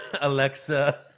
Alexa